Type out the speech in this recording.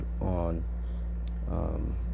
on